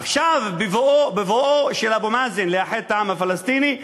עכשיו, בבואו של אבו מאזן לאחד את העם הפלסטיני,